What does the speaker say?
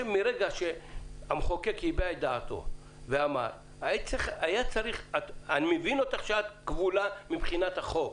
מרגע שהמחוקק הביע את דעתו ואמר אני מבין אותך שאת כבולה מבחינת החוק,